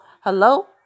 Hello